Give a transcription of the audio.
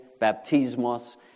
baptismos